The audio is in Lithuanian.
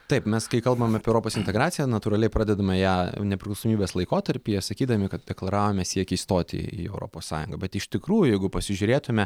taip mes kai kalbam apie europos integraciją natūraliai pradedama ją nepriklausomybės laikotarpyje sakydami kad deklaravome siekį įstoti į europos sąjungą bet iš tikrųjų jeigu pasižiūrėtume